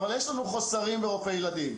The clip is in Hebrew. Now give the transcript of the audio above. אבל יש לנו חסרים ברופאי ילדים,